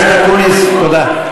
חבר הכנסת אקוניס, תודה.